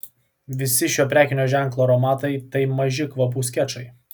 visi šio prekinio ženklo aromatai tai maži kvapų skečai